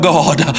God